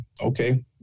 Okay